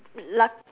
luck